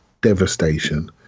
devastation